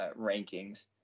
rankings